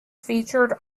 featured